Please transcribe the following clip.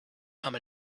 come